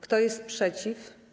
Kto jest przeciw?